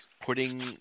putting